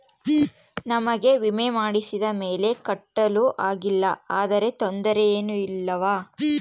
ನಮಗೆ ವಿಮೆ ಮಾಡಿಸಿದ ಮೇಲೆ ಕಟ್ಟಲು ಆಗಿಲ್ಲ ಆದರೆ ತೊಂದರೆ ಏನು ಇಲ್ಲವಾ?